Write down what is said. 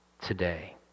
today